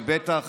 ובטח